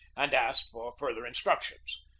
and asked for further instruc tions.